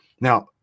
Now